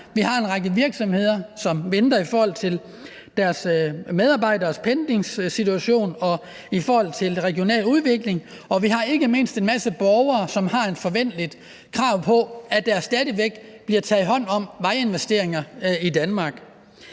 vi har en række virksomheder, som venter i forhold til deres medarbejderes pendlingssituation og i forhold til regional udvikling, og vi har ikke mindst en masse borgere, som har et forventeligt krav om, at der stadig væk bliver taget hånd om vejinvesteringer i Danmark.